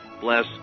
bless